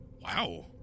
Wow